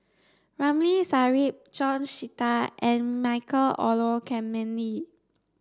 Ramli Sarip George Sita and Michael Olcomendy